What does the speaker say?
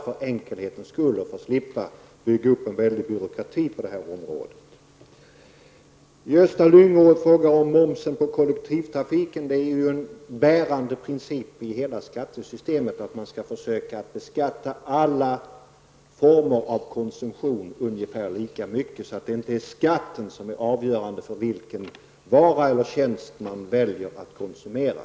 För enkelhetens skull och för att man skall slippa bygga upp en omfattande byråkrati är det praktiskt att tillämpa schablonregler. Det är en bärande princip i hela skattesystemet, att alla former av konsumtion skall beskattas ungefär lika mycket. Det är inte skatten som skall vara avgörande för vilken vara eller tjänst man väljer att konsumera.